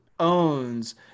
owns